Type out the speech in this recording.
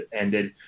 ended